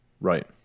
Right